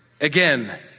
again